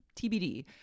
TBD